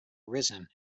arisen